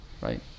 right